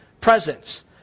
presence